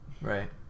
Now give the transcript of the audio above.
Right